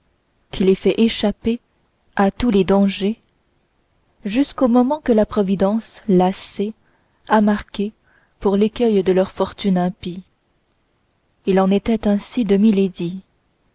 qui les fait échapper à tous les dangers jusqu'au moment que la providence lassée a marqué pour l'écueil de leur fortune impie il en était ainsi de